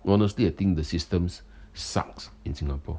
well honestly I think the systems sucks in singapore